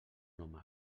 home